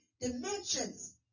dimensions